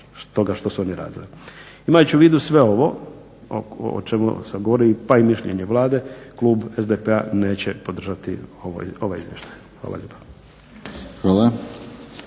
toga što su oni radili. Imajući u vidu sve ovo o čemu sam govorio pa i mišljenje Vlade klub SDP-a neće podržati ovaj izvještaj. Hvala lijepa.